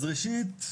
אז ראשית,